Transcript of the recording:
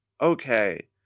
Okay